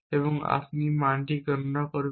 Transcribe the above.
এবং একটি মান গণনা করবেন